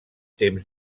temps